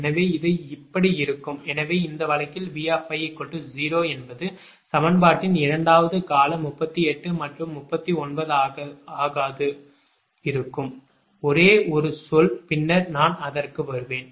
எனவே இது இப்படி இருக்கும் எனவே இந்த வழக்கில் B50 என்பது சமன்பாட்டின் இரண்டாவது கால 38 மற்றும் 39 ஆகாது இருக்கும் ஒரே ஒரு சொல் பின்னர் நான் அதற்கு வருவேன்